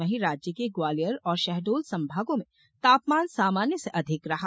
वहीं राज्य के ग्वालियर और शहडोल संभागों में तापमान सामान्य से अधिक रहा